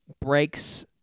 breaks